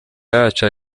yacu